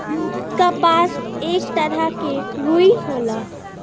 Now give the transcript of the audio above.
कपास एक तरह के रुई होला